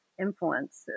influences